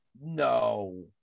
No